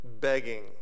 begging